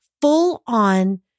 full-on